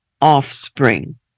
offspring